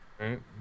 right